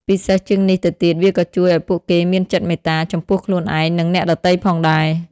ពិសេសជាងនេះទៅទៀតវាក៏ជួយឱ្យពួកគេមានចិត្តមេត្តា ចំពោះខ្លួនឯង និងអ្នកដទៃផងដែរ។